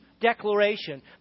declaration